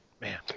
Man